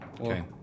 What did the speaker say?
Okay